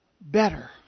better